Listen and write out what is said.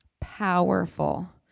Powerful